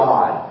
God